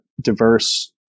diverse